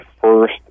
first